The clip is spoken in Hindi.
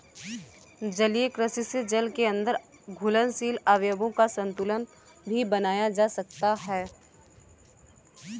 जलीय कृषि से जल के अंदर घुलनशील अवयवों का संतुलन भी बनाया जा सकता है